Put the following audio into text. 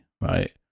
right